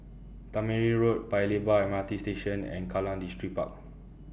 Tangmere Road Paya Lebar M R T Station and Kallang Distripark